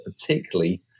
particularly